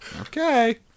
Okay